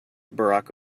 barack